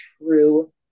true